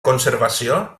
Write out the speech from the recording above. conservació